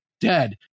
dead